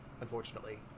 unfortunately